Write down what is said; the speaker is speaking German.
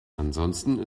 ansonsten